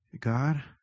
God